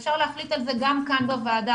אפשר להחליט על זה גם כאן בוועדה,